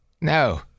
No